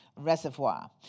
reservoir